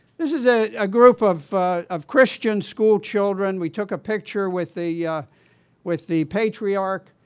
this is ah a group of of christian school children. we took a picture with the with the patriarch,